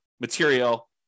material